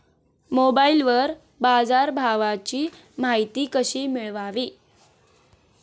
मोबाइलवर बाजारभावाची माहिती कशी मिळवावी?